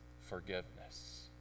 forgiveness